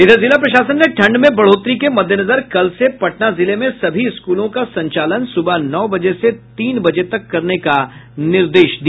इधर जिला प्रशासन ने ठंड में बढ़ोत्तरी के मद्देनजर कल से पटना जिले में सभी स्कूलों का संचालन सुबह नौ बजे से तीन बजे तक करने का निर्देश दिया